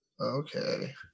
Okay